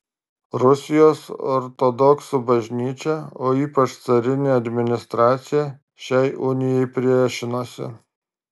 rusijos ortodoksų bažnyčia o ypač carinė administracija šiai unijai priešinosi